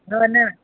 न न